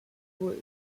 roof